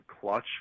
clutch